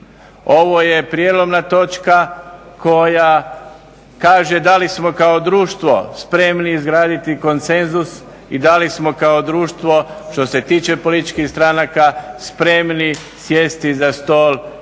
Ovo je prijelomna točka koja kaže da li smo kao društvo spremni izgraditi konsenzus i da li smo kao društvo što se tiče političkih stranaka spremni sjesti za stol i dogovoriti